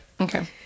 Okay